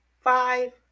five